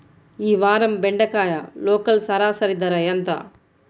ఈ వారం బెండకాయ లోకల్ సరాసరి ధర ఎంత?